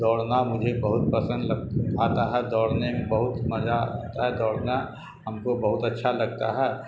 دوڑنا مجھے بہت پسند لگ آتا ہے دوڑنے میں بہت مزہ آتا ہے دوڑنا ہم کو بہت اچھا لگتا ہے